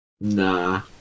nah